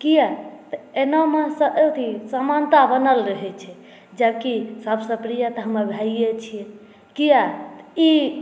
किया तऽ ऐना मे अथी समानता बनल रहै छै जबकि सबसऽ प्रिय तऽ हमर भाइये छी किया ई